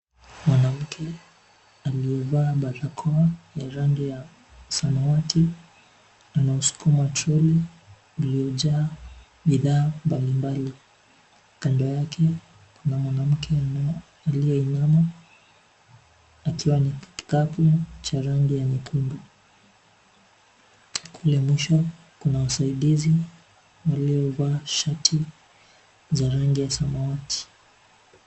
Mwanamke aliyevaa barakoa yenye rangi ya samawati anasukuma trolley lililojaa bidhaa mbalimbali. Kando yake kuna mwanamke aliyeinama akiwa na kikapu cha rangi ya nyekundu. Kule mwisho kuna wasaididizi waliovaa shati za rangi ya samawati.